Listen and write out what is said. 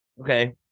Okay